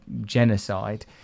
genocide